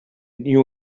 knew